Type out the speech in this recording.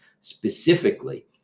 specifically